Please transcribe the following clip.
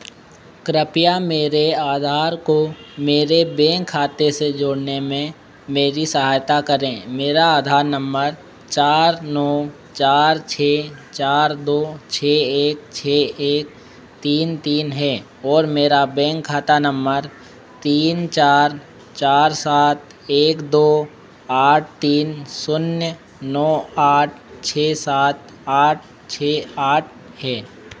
कृपया मेरे आधार को मेरे बैंक खाते से जोड़ने में मेरी सहायता करें मेरा आधार नम्मर चार नौ चार छः चार दो छः एक छः एक एन तीन तीन है और मेरा बैंक खाता नम्मर तीन चार चार सात एक दो आठ तीन शून्य नौ आठ छः सात आठ छः आठ है